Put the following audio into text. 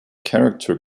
character